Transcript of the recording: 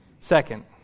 Second